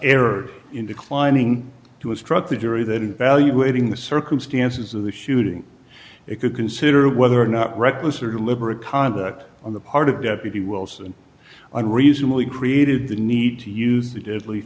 error in declining to instruct the jury that evaluating the circumstances of the shooting it could consider whether or not reckless or deliberate conduct on the part of deputy wilson unreasonably created the need to use the deadly